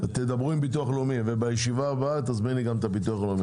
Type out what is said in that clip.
תדברו עם ביטוח לאומי ולישיבה הבאה תזמיני גם את הביטוח הלאומי.